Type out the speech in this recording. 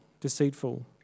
deceitful